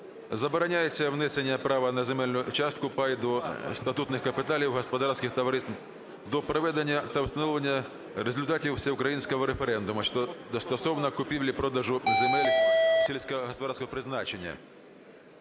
"Забороняється внесення права на земельну частку (пай) до статутних капіталів господарських товариств до проведення та встановлення результатів Всеукраїнського референдуму стосовно купівлі-продажу земель сільськогосподарського призначення".